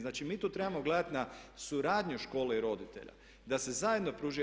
Znači mi tu trebamo gledati na suradnju škole i roditelja da se zajedno pruži.